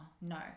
no